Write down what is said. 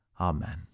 amen